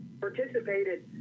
participated